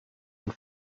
and